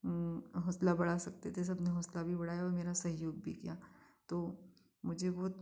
हौसला बढ़ा सकते थे सबने हौसला भी बढ़ाया और मेरा सहयोग भी किया तो मुझे बहुत